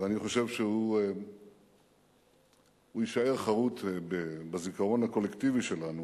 ואני חושב שהוא יישאר חרות בזיכרון הקולקטיבי שלנו